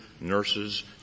nurses